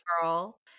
girl